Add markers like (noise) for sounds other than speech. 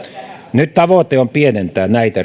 nyt tavoite on pienentää näitä (unintelligible)